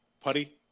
Putty